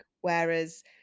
whereas